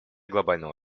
глобального